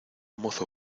mozo